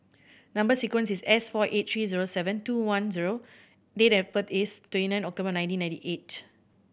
number sequence is S four eight three zero seven two one zero date of birth is twenty nine October nineteen ninety eight